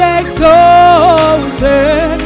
exalted